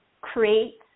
create